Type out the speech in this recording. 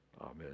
Amen